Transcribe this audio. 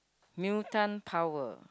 mutant power